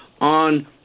on